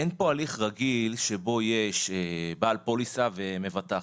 שאין פה הליך רגיל שבו יש בעל פוליסה ומבטחת,